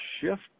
shift